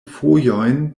fojojn